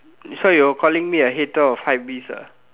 so you're calling me a hater of hypebeast ah